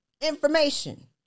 information